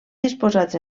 disposats